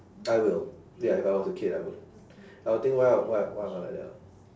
I will ya if I was a kid I would I will think why I why am I like that orh